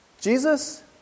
Jesus